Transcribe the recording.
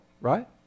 right